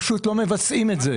פשוט לא מבצעים את זה.